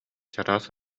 чараас